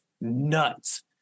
nuts